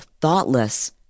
thoughtless